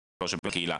שבקהילה,